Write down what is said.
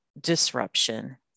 disruption